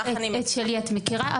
את שלך אני מכירה.